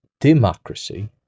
democracy